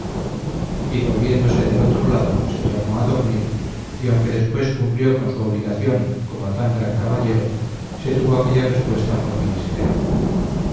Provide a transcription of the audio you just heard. y volviéndose del otro lado se tornó a dormir y aunque después cumplió con su obligación como tan gran caballero se tuvo aquella respuesta por muy discreta